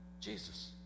Jesus